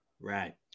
right